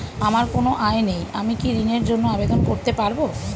আমার কোনো আয় নেই আমি কি ঋণের জন্য আবেদন করতে পারব?